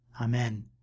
Amen